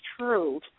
true